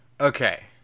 Okay